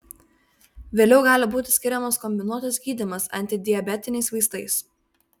vėliau gali būti skiriamas kombinuotas gydymas antidiabetiniais vaistais